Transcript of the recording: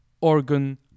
organ